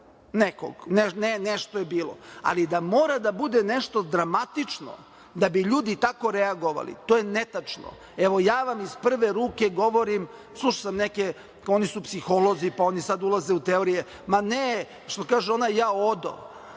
nešto je bilo, ali da mora da bude nešto dramatično da bi ljudi tako reagovali, to je netačno, ali ja vam iz prve ruke govorim. Slušao sam neke, pa oni su psiholozi, oni sada ulaze u teorije, ma ne, što kaže onaj, ja odo.